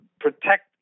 protect